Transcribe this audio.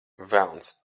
velns